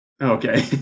Okay